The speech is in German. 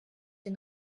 den